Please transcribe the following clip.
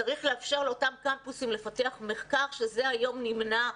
צריך לאפשר לאותם קמפוסים לפתח מחקר שזה היום נמנע מהמכללות,